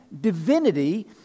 divinity